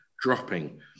dropping